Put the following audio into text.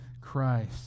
Christ